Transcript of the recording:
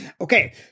Okay